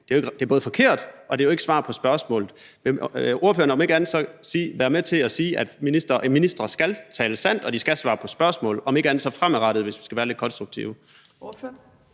Det er forkert, og det er jo ikke svar på spørgsmålet. Vil ordføreren om ikke andet så være med til at sige, at ministre skal tale sandt, og de skal svare på spørgsmål, om ikke andet så fremadrettet, hvis vi skal være lidt konstruktive?